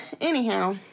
anyhow